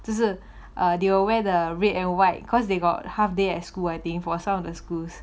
这是 they will wear the red and white cause they got half day at school I think for some of the schools